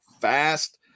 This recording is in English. fast